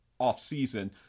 offseason